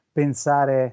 pensare